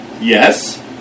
Yes